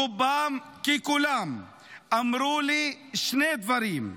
רובם ככולם אמרו לי שני דברים: